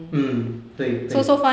mm 对对